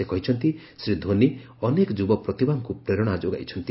ସେ କହିଛନ୍ତି ଶ୍ରୀ ଧୋନି ଅନେକ ଯୁବପ୍ରତିଭାଙ୍କୁ ପ୍ରେରଣା ଯୋଗାଇଛନ୍ତି